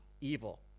evil